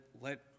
Let